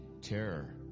terror